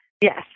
yes